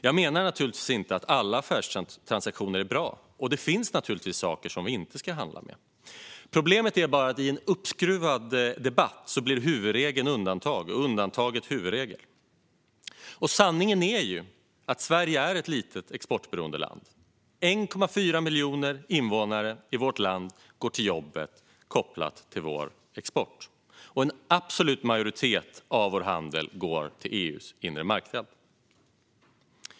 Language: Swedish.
Jag menar naturligtvis inte att alla affärstransaktioner är bra, och det finns naturligtvis saker som vi inte ska handla med. Problemet är bara att i en uppskruvad debatt blir huvudregeln undantag och undantaget huvudregel. Sanningen är att Sverige är ett litet exportberoende land. 1,4 miljoner invånare i vårt land går till jobb som är kopplade till vår export. Och en absolut majoritet av vår handel sker på EU:s inre marknad.